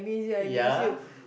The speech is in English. ya